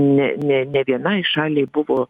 ne ne ne vienai šaliai buvo